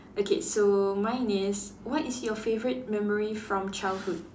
okay so mine is what is your favourite memory from childhood